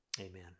amen